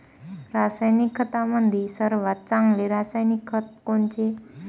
रासायनिक खतामंदी सर्वात चांगले रासायनिक खत कोनचे?